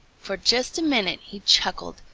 for just a minute he chuckled,